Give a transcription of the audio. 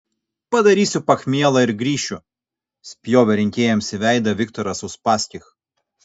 padarysiu pachmielą ir grįšiu spjovė rinkėjams į veidą viktoras uspaskich